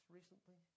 recently